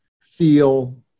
feel